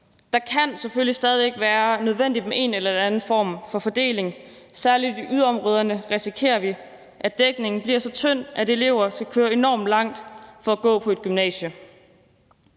Det kan selvfølgelig stadig væk være nødvendigt med en eller anden form for fordeling. Særlig i yderområderne risikerer vi, at dækningen bliver så tynd, at elever skal køre enormt langt for at gå på et gymnasie.